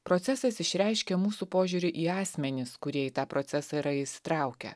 procesas išreiškia mūsų požiūrį į asmenis kurie į tą procesą yra įsitraukę